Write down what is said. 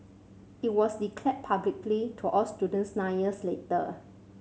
it was declared publicly to all students nine years later